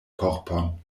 korpon